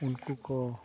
ᱩᱱᱠᱩ ᱠᱚ